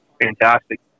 fantastic